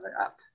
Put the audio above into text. up